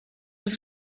will